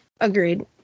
Agreed